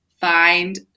find